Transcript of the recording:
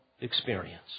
experience